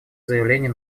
заявление